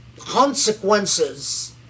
consequences